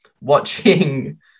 watching